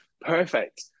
Perfect